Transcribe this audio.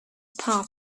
path